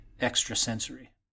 Extrasensory